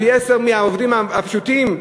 מהעובדים הפשוטים,